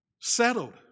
settled